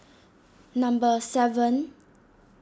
number seven